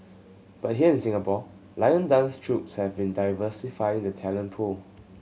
but here in Singapore lion dance troupes have been diversifying the talent pool